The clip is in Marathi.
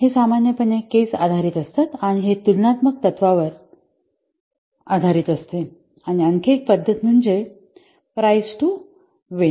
हे सामान्यपणे केस आधारित असतात आणि ते तुलनात्मक तत्त्वावर आधारित असते आणि आणखी एक पद्धत म्हणजे प्राईस टू विण